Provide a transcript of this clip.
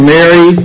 Mary